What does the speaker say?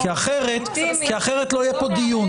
כי אחרת לא יהיה פה דיון.